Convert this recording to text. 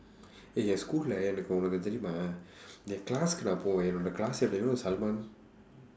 eh என்:en schoolae எனக்கு உனக்கு தெரியுமா என்:enakku unakku theriyumaa en classukku என்னோட:ennooda classmate you know the salman